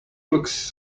looks